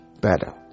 better